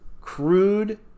crude